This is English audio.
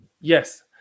yes